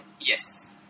Yes